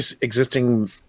existing